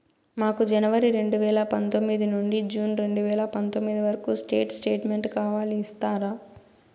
మాకు జనవరి రెండు వేల పందొమ్మిది నుండి జూన్ రెండు వేల పందొమ్మిది వరకు స్టేట్ స్టేట్మెంట్ కావాలి ఇస్తారా